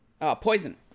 poison